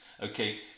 Okay